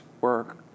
work